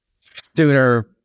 sooner